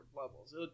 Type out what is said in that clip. levels